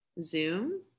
Zoom